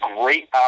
great